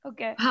Okay